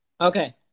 Okay